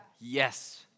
Yes